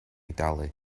dalu